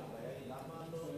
למה לא,